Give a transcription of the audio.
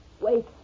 wait